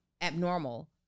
abnormal